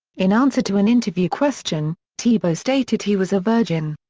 in answer to an interview question, tebow stated he was a virgin.